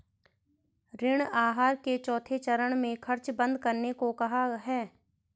ऋण आहार के चौथे चरण में खर्च बंद करने को कहा है